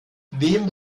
wem